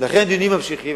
ולכן הדיונים ממשיכים.